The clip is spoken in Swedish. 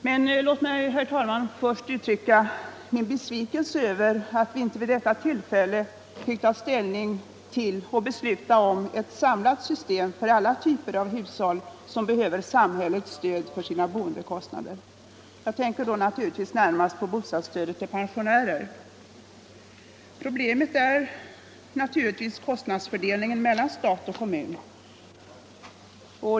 Men låt mig, herr talman, först uttrycka min besvikelse över att vi inte vid detta tillfälle fick ta ställning till och besluta om ett samlat system för alla typer av hushåll som behöver samhällets stöd för sina boendekostnader. Jag tänker då närmast på bostadsstödet till pensionärer. Problemet är naturligtvis kostnadsfördelningen mellan stat och kommun.